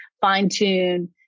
fine-tune